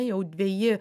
jau dveji